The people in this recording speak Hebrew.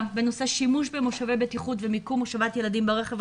בנושא שימוש במושבי בטיחות ומיקום הושבת ילדים ברכב.